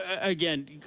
again